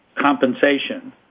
compensation